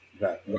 Right